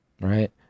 Right